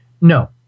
No